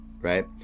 Right